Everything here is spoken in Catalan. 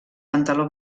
pantaló